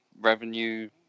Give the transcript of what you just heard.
revenue